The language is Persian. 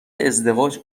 ازدواج